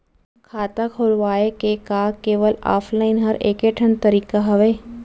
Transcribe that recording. खाता खोलवाय के का केवल ऑफलाइन हर ऐकेठन तरीका हवय?